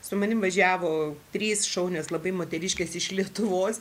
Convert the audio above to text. su manimi važiavo trys šaunios labai moteriškės iš lietuvos